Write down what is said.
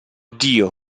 dio